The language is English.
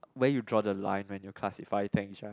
where you draw the line when you classified things right